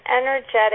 energetic